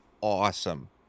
awesome